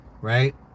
right